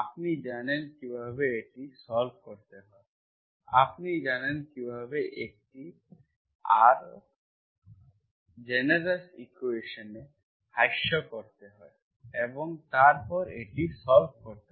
আপনি জানেন কিভাবে এটি সল্ভ করতে হয় আপনি জানেন কিভাবে এটি একটি আরো জেনেরোস ইকুয়েশনে হ্রাস করতে হয় এবং তারপর এটি সল্ভ করতে হয়